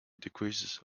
decreases